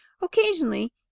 occasionally